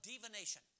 divination